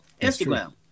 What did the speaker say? Instagram